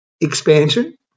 expansion